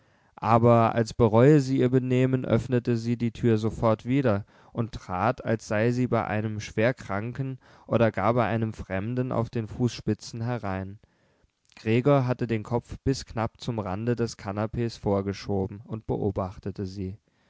aber als bereue sie ihr benehmen öffnete sie die tür sofort wieder und trat als sei sie bei einem schwerkranken oder gar bei einem fremden auf den fußspitzen herein gregor hatte den kopf bis knapp zum rande des kanapees vorgeschoben und beobachtete sie